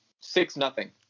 Six-nothing